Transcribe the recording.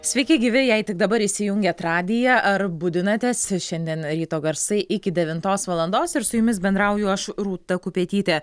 sveiki gyvi jei tik dabar įsijungėt radiją ar budinatės šiandien ryto garsai iki devintos valandos ir su jumis bendrauju aš rūta kupetytė